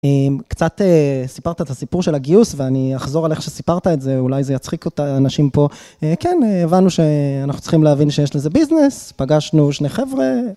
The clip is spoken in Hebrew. אם קצת סיפרת את הסיפור של הגיוס ואני אחזור על איך שסיפרת את זה, אולי זה יצחיק את האנשים פה. כן, הבנו שאנחנו צריכים להבין שיש לזה ביזנס, פגשנו שני חבר'ה.